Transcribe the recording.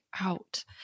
out